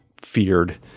feared